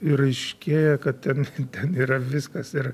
ir aiškėja kad ten ten yra viskas ir